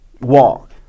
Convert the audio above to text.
walk